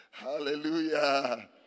Hallelujah